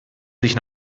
sich